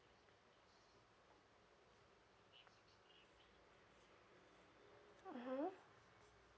mmhmm